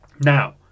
Now